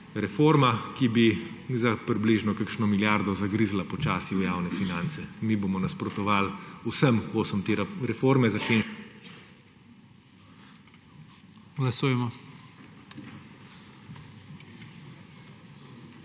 reforma, ki bi za približno kakšno milijardo zagrizla počasi v javne finance. Mi bomo nasprotoval vsem …/ izklop